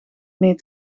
mee